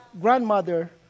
grandmother